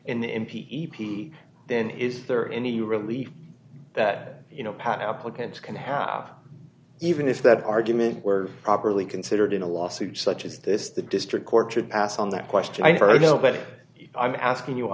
p then is rd any relief that you know pat applicants can have even if that argument were properly considered in a lawsuit such as this the district court should pass on that question for i know but i'm asking you a